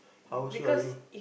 how sure are you